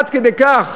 עד כדי כך